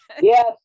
yes